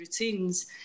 routines